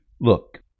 Look